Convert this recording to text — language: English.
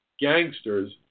gangsters